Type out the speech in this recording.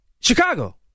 Chicago